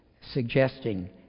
suggesting